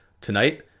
tonight